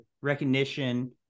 recognition